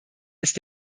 ist